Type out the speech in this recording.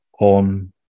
on